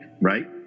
right